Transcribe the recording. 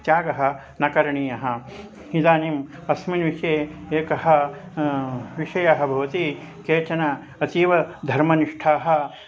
त्यागः न करणीयः इदानीम् अस्मिन् विषये एकः विषयः भवति केचन अतीव धर्मनिष्ठाः